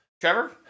Trevor